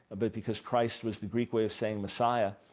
but because christ was the greek way of saying messiah.